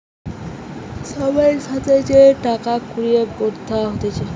সময়ের সাথে যে টাকা কুড়ির গ্রোথ হতিছে